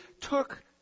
took